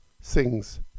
sings